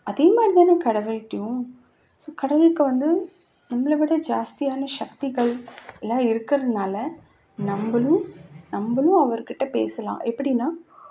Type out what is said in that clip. அதேமாதிரி தானே கடவுள்கிட்டையும் ஸோ கடவுளுக்கு வந்து நம்மவிட ஜாஸ்தியான சக்திகள்லாம் இருக்கிறதுனால நம்மளும் நம்மளும் அவர் கிட்டே பேசலாம் எப்படின்னா